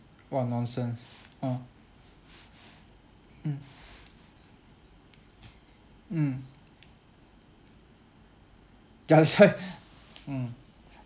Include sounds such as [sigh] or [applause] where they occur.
what nonsense !huh! mm mm [laughs] that's why mm